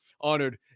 Honored